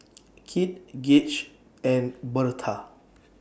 Kit Gauge and Birtha